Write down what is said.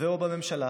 ו/או בממשלה,